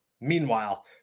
Meanwhile